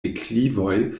deklivoj